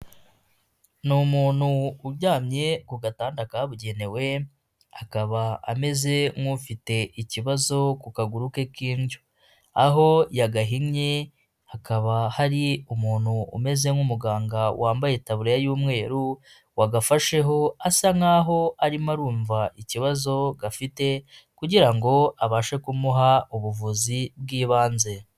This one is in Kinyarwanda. Ni umuntu uryamye ku gatanda kabugenewe akaba ameze nk'ufite ikibazo ku kaguru ke k'indyo, aho yagahinnye hakaba hari umuntu umeze nk'umuganga wambaye tabuririya y'umweru, wagafasheho asa nkaho arimo arumva ikibazo gafite kugira ngo abashe kumuha ubuvuzi bw'ibanze.